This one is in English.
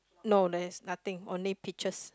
no there is nothing only peaches